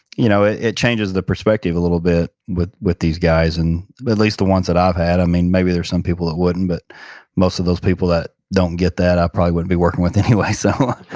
you know it it changes the perspective a little bit with with these guys, and at least the ones that i've had. i mean, maybe there's some people it wouldn't, but most of those people that don't get that, i probably wouldn't be working with anyway so